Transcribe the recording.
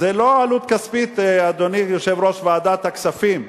זה לא עלות כספית, אדוני יושב-ראש ועדת הכספים.